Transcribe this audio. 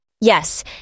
Yes